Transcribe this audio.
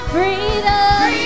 Freedom